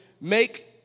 make